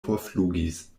forflugis